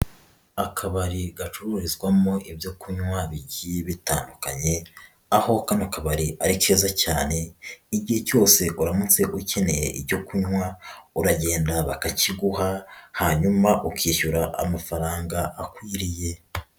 Akabari gacururizwamo ibyo kunywa bigiye bitandukanye, aho kano kabari ari keza cyane, igihe cyose uramutse ukeneye icyo kunywa uragenda bakakiguha hanyuma ukishyura amafaranga akwiriye.